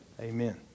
Amen